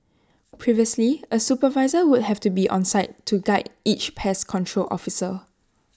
previously A supervisor would have to be on site to guide each pest control officer